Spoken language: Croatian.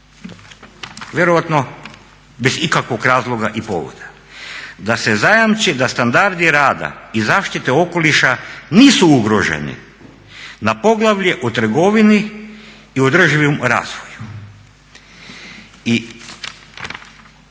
vjerojatno bez ikakvog razloga i povoda. Da se zajamči da standardi rada i zaštite okoliša nisu ugroženi na poglavlje o trgovini i održivom razvoju.